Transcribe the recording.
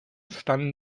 standen